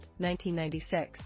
1996